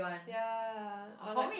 ya or like